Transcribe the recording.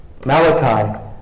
Malachi